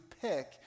pick